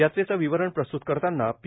यात्रेचे विवरण प्रस्तुत करतांना पी